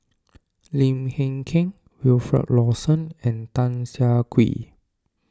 Lim Hng Kiang Wilfed Lawson and Tan Siak Kew